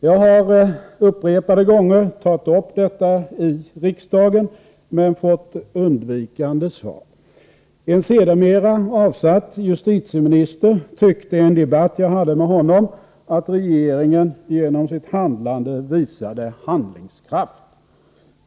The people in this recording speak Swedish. Jag har upprepade gånger tagit upp detta i riksdagen men fått undvikande svar. En sedermera avsatt justitieminister sade i en debatt som jag hade med honom att han tyckte att regeringen genom sitt agerande visade handlingskraft.